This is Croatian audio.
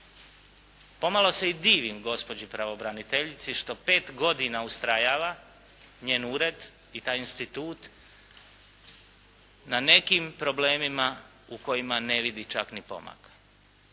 Pomalo se i divim gospođi pravobraniteljici što 5 godina ustrajava njen ured i taj institut na nekim problemima u kojima ne vidi čak ni pomaka.